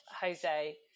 Jose